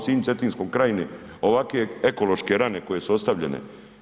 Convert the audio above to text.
Sinju, Cetinskoj krajini ovake ekološke rane koje su ostavljene?